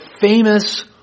famous